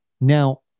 Now